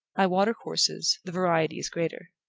by water-courses, the variety is greater.